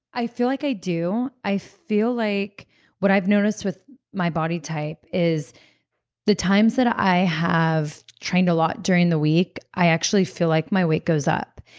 i feel like i do. i feel like what i've noticed with my body type is the times that i have trained a lot during the week, i actually feel like my weight goes up,